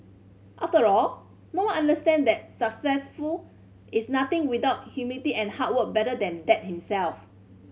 after all no one understand that successful is nothing without humility and hard work better than Dad himself